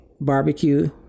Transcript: barbecue